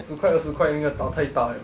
十块二十块应该打太大 liao